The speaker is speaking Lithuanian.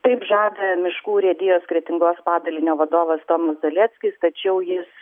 taip žada miškų urėdijos kretingos padalinio vadovas tomas zaleckis tačiau jis